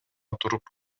туруп